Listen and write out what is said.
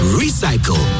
recycle